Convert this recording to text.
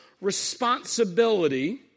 responsibility